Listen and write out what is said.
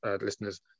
listeners